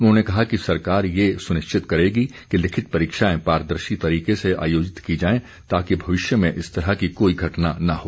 उन्होंने कहा कि सरकार ये सुनिश्चित करेगी कि लिखित परीक्षाएं पारदर्शी तरीके से आयोजित की जाएं ताकि भविष्य में इस तरह की कोई घटना न हो